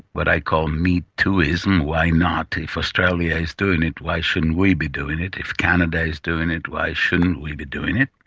what i call me too-ism, why not, if australia is doing it, why shouldn't we be doing it? if canada is doing it, why shouldn't we be doing it?